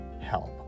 help